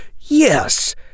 Yes